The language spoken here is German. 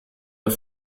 der